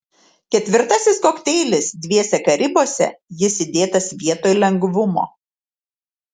ketvirtasis kokteilis dviese karibuose jis įdėtas vietoj lengvumo